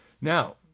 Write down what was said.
Now